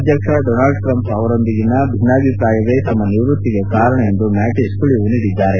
ಅಧ್ಯಕ್ಷ Donald Trump ಅವರೊಂದಿಗಿನ ಭಿನ್ನಾಭಿಪ್ರಾಯವೇ ತಮ್ಮ ನಿವೃತ್ತಿಗೆ ಕಾರಣ ಎಂದು ಮ್ಯಾಟಿಸ್ ಸುಳಿವು ನೀಡಿದ್ದಾರೆ